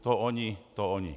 To oni, to oni.